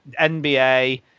NBA